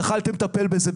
יכולתם לטפל בזה,